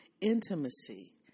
intimacy